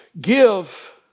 Give